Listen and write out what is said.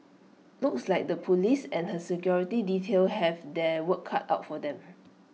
looks like the Police and her security detail have their work cut out for them